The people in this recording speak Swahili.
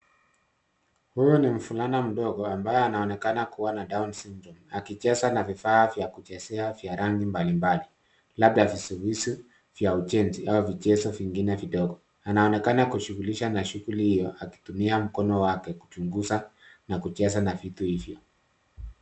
Huyu ni mvulana mdogo ambaye anaonekana kua na Down Syndrome akicheza na vifaa vya kuchezea vya rangi mbali mbali labda vizuizo vya ujenzi au vichezo vingine vidogo. Anaonekana kushughulisha na shughuli hio akitumia mkono wake kuchunguza na kucheza na vitu hivyo.